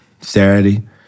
Saturday